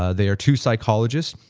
ah they are two psychologists,